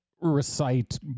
recite